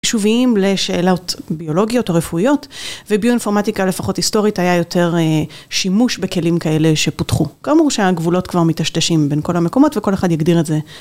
חישוביים לשאלות ביולוגיות או רפואיות, וביואינפורמטיקה לפחות היסטורית היה יותר שימוש בכלים כאלה שפותחו. כאמור שהגבולות כבר מטשטשים בין כל המקומות וכל אחד יגדיר את זה.